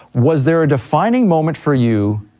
was there a defining moment for you,